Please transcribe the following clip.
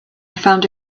found